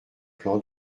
plan